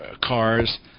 cars